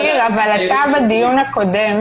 ניר, אתה בדיון הקודם